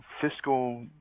fiscal